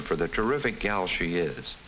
your for the terrific gal she is